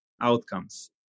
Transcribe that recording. outcomes